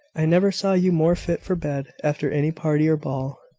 i never saw you more fit for bed after any party or ball.